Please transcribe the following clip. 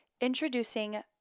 Introducing